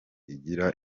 igira